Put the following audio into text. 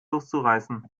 loszureißen